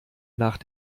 nach